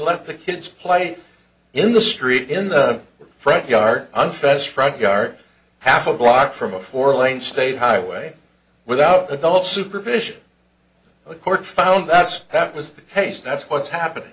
let the kids play in the street in the front yard unfenced front yard half a block from a four lane state highway without adult supervision a court found that's that was the case that's what's happen